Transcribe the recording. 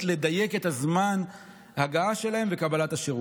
לדייק את זמן ההגעה שלהם לקבלת השירות.